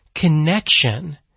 connection